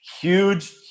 huge